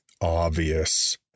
obvious